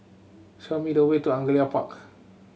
show me the way to Angullia Park